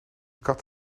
kat